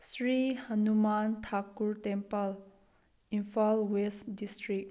Shri Hanuman Thakur temple Imphal West district